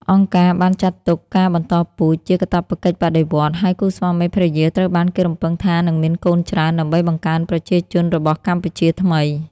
អង្គការបានចាត់ទុកការបន្តពូជជាកាតព្វកិច្ចបដិវត្តន៍ ហើយគូស្វាមីភរិយាត្រូវបានគេរំពឹងថានឹងមានកូនច្រើនដើម្បីបង្កើនប្រជាជនរបស់ "កម្ពុជា" ថ្មី។